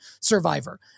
survivor